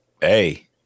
Hey